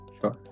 sure